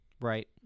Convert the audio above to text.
right